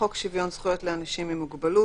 "חוק שוויון זכויות לאנשים עם מוגבלות"